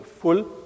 full